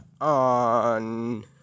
on